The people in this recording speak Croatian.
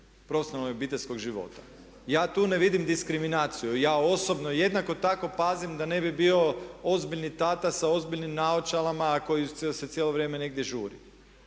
profesionalnog i obiteljskog života. Ja tu ne vidim diskriminaciju. Ja osobno jednako tako pazim da ne bi bio ozbiljni tata sa ozbiljnim naočalama koji se cijelo vrijeme negdje žuri.